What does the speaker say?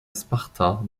sparta